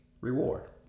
reward